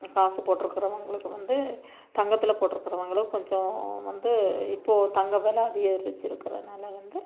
காசு போட்டிருக்குறவங்களுக்கு வந்து தங்கத்தில் போட்டிருக்குறவங்களுக்கு கொஞ்சம் வந்து இப்போது தங்கம் வில அதிகரிச்சிருக்கிறனால வந்து